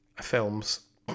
films